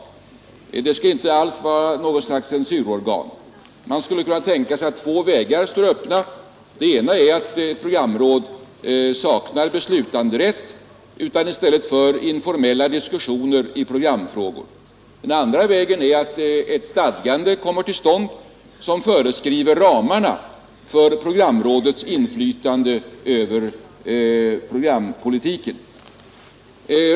Det skall inte alls vara något censurorgan. Man skulle kunna tänka sig att två vägar står öppna. Den ena är att ett programråd saknar beslutanderätt och endast för informella diskussioner i programfrågor. Den andra vägen är att ett stadgande kommer till stånd som föreskriver ramarna för programrådets inflytande över programpolitiken.